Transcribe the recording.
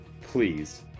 please